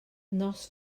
nos